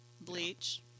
Bleach